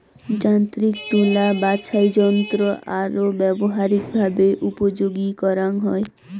যান্ত্রিক তুলা বাছাইযন্ত্রৎ আরো ব্যবহারিকভাবে উপযোগী করাঙ হই